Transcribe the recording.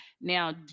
Now